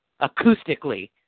acoustically